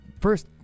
first